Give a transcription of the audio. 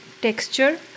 texture